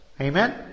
Amen